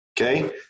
Okay